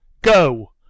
Go